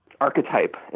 archetype